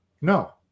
No